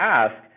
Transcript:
ask